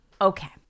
Okay